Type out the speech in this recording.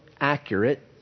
accurate